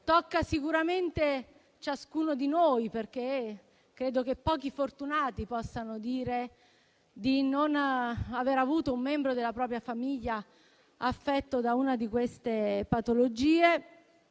tocca sicuramente ciascuno di noi, perché credo che pochi fortunati possano dire di non aver avuto un membro della propria famiglia affetto da una di queste patologie.